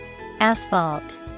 Asphalt